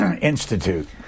institute